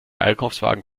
einkaufswagen